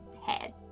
head